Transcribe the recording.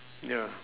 ya